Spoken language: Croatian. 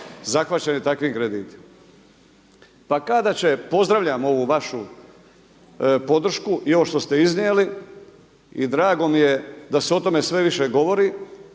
zahvaćeni takvim kreditima. Pa kada će, pozdravljam ovu vašu podršku i ovo što ste iznijeli i drago mi je da se o tome sve više govori,